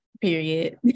Period